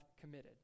committed